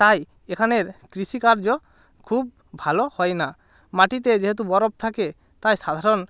তাই এখানের কৃষিকার্য খুব ভালো হয় না মাটিতে যেহেতু বরফ থাকে তাই সাধারণ